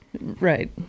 Right